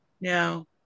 no